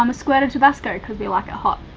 um a squirt of tabasco cause we like it hot,